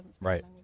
Right